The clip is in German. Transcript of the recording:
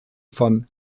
von